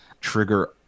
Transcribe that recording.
trigger